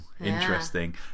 interesting